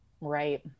Right